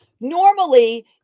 normally